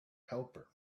helper